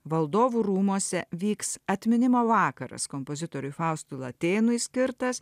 valdovų rūmuose vyks atminimo vakaras kompozitoriui faustui latėnui skirtas